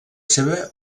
seva